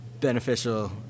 beneficial